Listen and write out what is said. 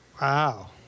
Wow